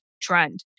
trend